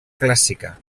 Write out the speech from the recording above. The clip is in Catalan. clàssica